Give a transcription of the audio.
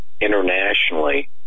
internationally